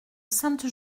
sainte